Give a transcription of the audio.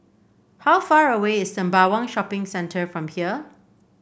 how far away is Sembawang Shopping Centre from here